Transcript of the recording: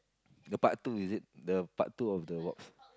the part two is it the part two of the wasps